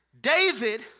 David